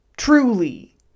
Truly